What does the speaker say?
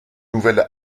nouvel